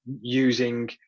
using